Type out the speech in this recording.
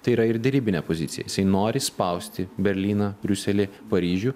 tai yra ir derybinė pozicija jisai nori spausti berlyną briuselį paryžių